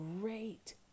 great